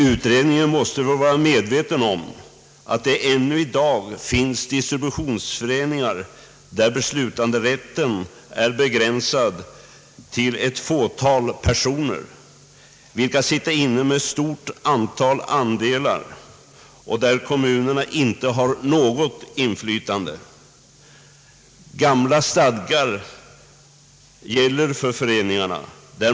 Utredningen måste vara medveten om att det än i dag finns distributionsföreningar där beslutanderätten är begränsad till ett fåtal personer, som sitter inne med ett stort antal andelar, och där kommunerna inte har något inflytande. Gamla stadgar gäller för föreningarna.